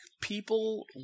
people